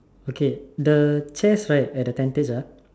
okay the chairs right at the tentage ah